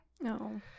no